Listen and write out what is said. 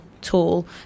Tool